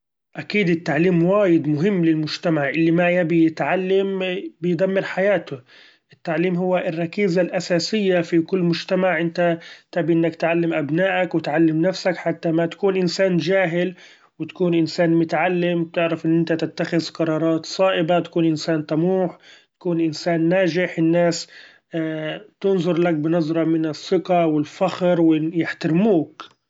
أكيد التعليم وايد مهم للمچتمع، اللي ما يبي يتعلم بيدمر حياته، التعليم هو الركيزة الاساسية في كل مچتمع ، إنت تبي إنك تعلم ابنائك وتعلم نفسك حتى ماتكون إنسان چاهل تكون إنسان متعلم تعرف إن إنت تتخذ قرارات صائبة، تكون إنسان طموح تكون إنسان ناچح، الناس ‹hesitate › تنظرلك بنظرة من الثقة والفخر يحترموك.